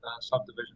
subdivision